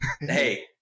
hey